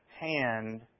hand